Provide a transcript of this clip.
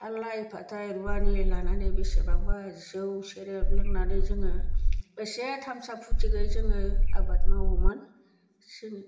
आलाय फाथाय रुवानि लानानै बेसेबांबा जौ सेरेब लोंनानै जोङो बेसे थामसा फुरतियै जोङो आबाद मावोमोन जोङो